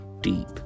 deep